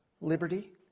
liberty